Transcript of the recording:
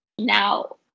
now